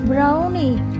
Brownie